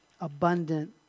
abundant